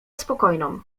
spokojną